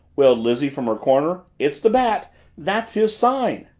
wailed lizzie from her corner. it's the bat that's his sign!